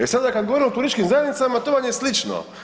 E sada kad govorimo o turističkim zajednicama to vam je slično.